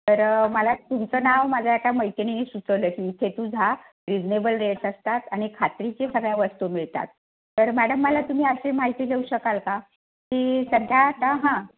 तर मला तुमचं नाव माझ्या एका मैत्रिणीने सुचवलं आहे की इथे तू जा रिझनेबल रेट्स असतात आणि खात्रीशीर सगळ्या वस्तू मिळतात तर मॅडम मला तुम्ही अशी माहिती देऊ शकाल का की सध्या आता हां